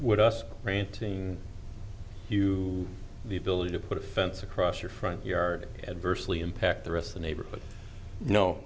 with us grant you the ability to put a fence across your front yard adversely impact the rest of the n